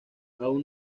aún